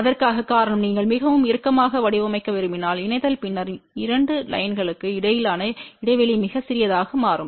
அதற்கான காரணம் நீங்கள் மிகவும் இறுக்கமாக வடிவமைக்க விரும்பினால் இணைத்தல் பின்னர் இரண்டு லைன்களுக்கு இடையிலான இடைவெளி மிகச் சிறியதாக மாறும்